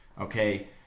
Okay